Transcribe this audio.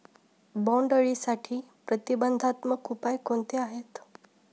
बोंडअळीसाठी प्रतिबंधात्मक उपाय कोणते आहेत?